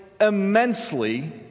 immensely